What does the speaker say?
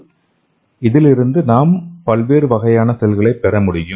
C இதிலிருந்து நாம் பலவகையான செல்களை பெறமுடியும்